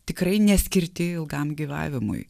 tikrai neskirti ilgam gyvavimui